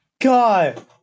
God